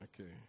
Okay